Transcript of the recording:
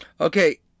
Okay